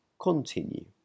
continue